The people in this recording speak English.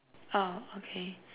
oh okay